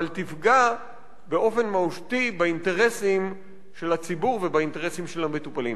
אבל תפגע באופן מהותי באינטרסים של הציבור ובאינטרסים של המטופלים.